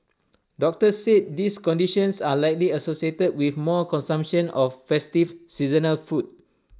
doctors said these conditions are likely associated with more consumption of festive seasonal food